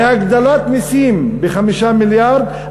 והגדלת מסים ב-5 מיליארד,